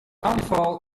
aanval